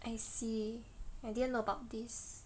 I see I didn't know about this